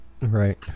right